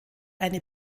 eine